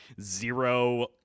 zero